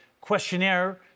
questionnaire